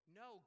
no